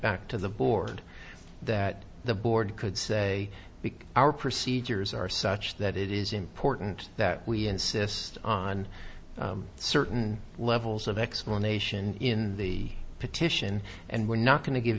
back to the board that the board could say week our procedures are such that it is important that we insist on certain levels of explanation in the petition and we're not going to give